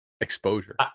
Exposure